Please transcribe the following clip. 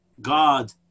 God